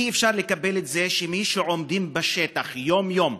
אי-אפשר לקבל את זה שמי שעומדים בשטח יום-יום,